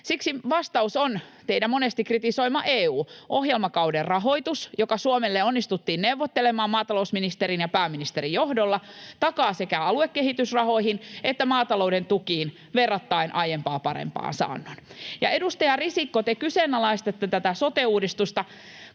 Siksi vastaus on teidän monesti kritisoimanne EU. Ohjelmakauden rahoitus, joka Suomelle onnistuttiin neuvottelemaan maatalousministerin ja pääministerin johdolla, takaa sekä aluekehitysrahoihin että maatalouden tukiin aiempaa verrattain paremman saannon. Ja edustaja Risikko, te kyseenalaistatte tätä sote-uudistusta.